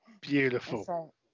Beautiful